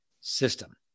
system